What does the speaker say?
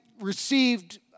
received